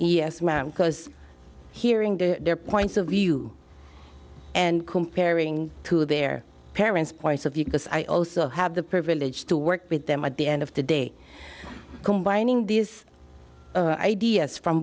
yes ma'am because hearing the their points of view and comparing to their parents points of view because i also have the privilege to work with them at the end of the day combining these ideas from